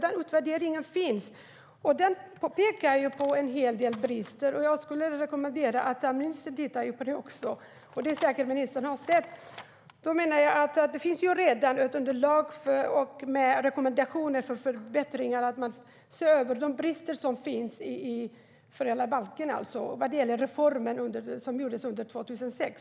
Den utvärderingen finns och pekar på en hel del brister. Jag skulle vilja rekommendera att ministern tittar på den om hon inte redan har gjort det. Jag menar att det redan finns ett underlag med rekommendationer för förbättringar, så att man ser över de brister som finns i föräldrabalken i reformen från 2006.